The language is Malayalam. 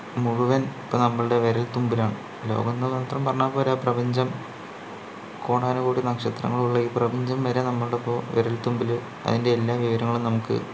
മുഴുവൻ ഇപ്പോൾ നമ്മളുടെ വിരൽത്തുമ്പിലാണ് ലോകമെന്ന് മാത്രം പറഞ്ഞാൽ പോരാ പ്രപഞ്ചം കോടാനുകോടി നക്ഷത്രങ്ങളുള്ള ഈ പ്രപഞ്ചം വരെ നമ്മളുടെ ഇപ്പോൾ വിരൽത്തുമ്പിൽ അതിൻ്റെ എല്ലാ വിവരങ്ങളും നമുക്ക്